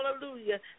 hallelujah